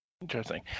Interesting